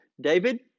David